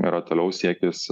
yra toliau siekis